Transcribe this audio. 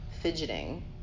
fidgeting